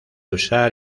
usar